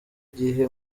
gihe